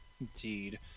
Indeed